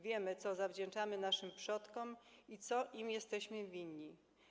Wiemy, co zawdzięczamy naszym przodkom, i co im jesteśmy winni.